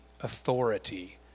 authority